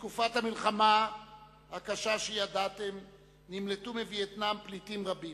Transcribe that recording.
בתקופת המלחמה הקשה שידעתם נמלטו מווייטנאם פליטים רבים.